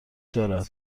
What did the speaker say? دارد